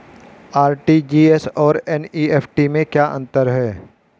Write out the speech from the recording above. RTGS और NEFT में क्या अंतर है?